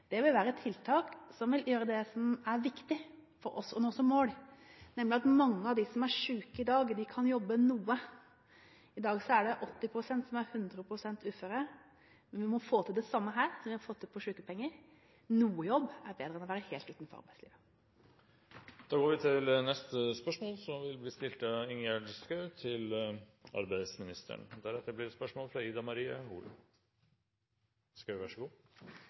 Det vil være et tiltak som vil gjøre det som er viktig for oss å nå som mål, nemlig at mange av dem som er syke i dag, kan jobbe noe. I dag er det 80 pst. som er 100 pst. uføre. Vi må få til det samme her som vi har fått til når det gjelder sykepenger: Å jobbe litt er bedre enn å være helt utenfor arbeidslivet. «I Navs møte 31. januar 2013 med Fokus På Din Helse ble det uttrykt at de ville kjøpe 30 plasser til